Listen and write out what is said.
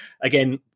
again